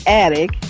attic